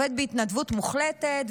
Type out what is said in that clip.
בהתנדבות מוחלטת,